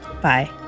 Bye